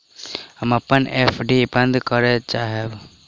हम अपन एफ.डी बंद करय चाहब